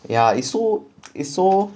yeah it's so it's so